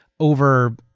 over